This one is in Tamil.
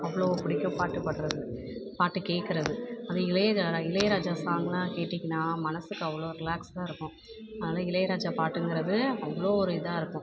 அவ்வளவு பிடிக்கும் பாட்டு பாடுறது பாட்டை கேட்குறது அதே இளையரா இளையராஜா சாங்னா கேட்டிங்கனா மனசுக்கு அவ்வளோ ரிலாக்ஸாக இருக்கும் அதுனால இளையராஜா பாட்டுங்கிறது அவ்வளோ ஒரு இதாக இருக்கும்